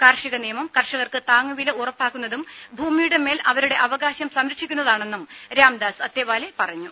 കാർഷിക നിയമം കർഷകർക്ക് താങ്ങുവില ഉറപ്പാക്കുന്നതും ഭൂമിയുടെ മേൽ അവരുടെ അവകാശം സംരക്ഷിക്കുന്നതാണെന്നും രാംദാസ് അത്തേവാലെ പറഞ്ഞു